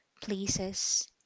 places